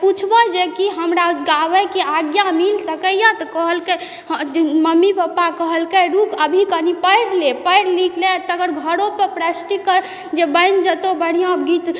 पूछबय जे कि हमरा गाबयके आज्ञा मिल सकइय तऽ कहलकइ मम्मी पप्पा कहलकइ रुक अभी कनी पढ़ि ले पढ़ि लिख ले तखन घरोपर प्रेक्टिस कर जे बनि जेतौ बढ़िआँ गीत